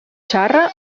xarra